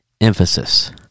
emphasis